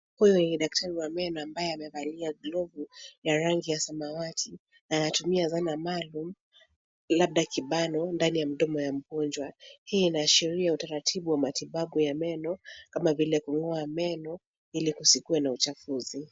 Huyu ni daktari wa meno ambaye amevalia glovu ya rangi ya samawati na anatumia zana maalum labda kibano ndani ya mdomo ya mgonjwa. Hii inaashiria utaratibu wa matibabu ya meno kama vile kung'oa meno ili kusikue na uchafuzi.